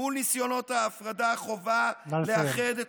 מול ניסיונות ההפרדה, חובה לאחד, נא לסיים.